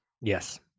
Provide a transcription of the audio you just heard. Yes